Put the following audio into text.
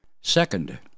Second